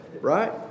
right